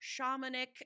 shamanic